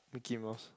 Mickey-Mouse